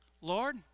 Lord